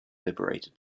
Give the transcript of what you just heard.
liberated